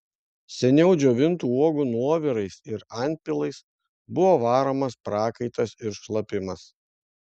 seniau džiovintų uogų nuovirais ir antpilais buvo varomas prakaitas ir šlapimas